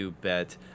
bet